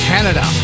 Canada